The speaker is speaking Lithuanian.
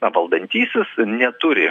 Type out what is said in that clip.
valdantysis neturi